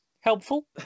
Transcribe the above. helpful